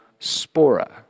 spora